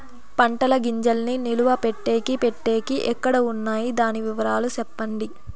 పంటల గింజల్ని నిలువ పెట్టేకి పెట్టేకి ఎక్కడ వున్నాయి? దాని వివరాలు సెప్పండి?